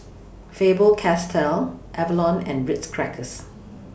Faber Castell Avalon and Ritz Crackers